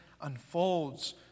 unfolds